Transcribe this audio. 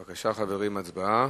בבקשה, הצבעה.